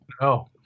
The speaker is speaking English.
No